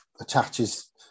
attaches